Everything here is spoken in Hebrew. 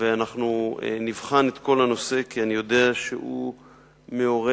ואנחנו נבחן את כל הנושא, כי אני יודע שהוא מעורר